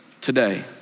today